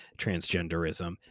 transgenderism